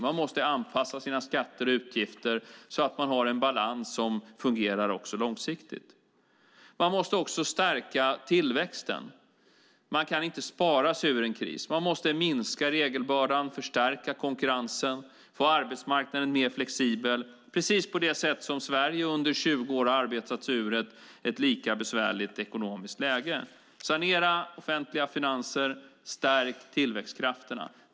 Man måste anpassa sina skatter och utgifter så att man har en balans som fungerar också långsiktigt. Man måste också stärka tillväxten. Man kan inte spara sig ur en kris. Man måste minska regelbördan, förstärka konkurrensen, få arbetsmarknaden mer flexibel precis på det sätt som Sverige under 20 år har arbetat sig ur ett lika besvärligt ekonomiskt läge, sanera offentliga finanser och stärka tillväxtkrafterna.